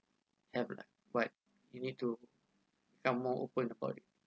have lah but you need to become more open about it